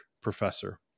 professor